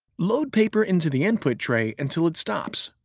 load paper into the input tray until it stops.